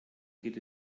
geht